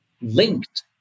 linked